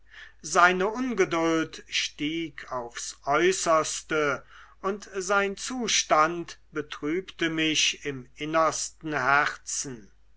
seine ungeduld stieg aufs äußerste und sein zustand betrübte mich im innersten herzen